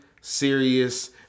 serious